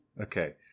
Okay